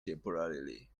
temporarily